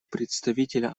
представителя